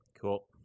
Cool